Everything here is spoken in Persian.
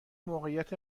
موقعیت